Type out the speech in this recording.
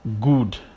Good